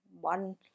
One